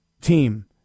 team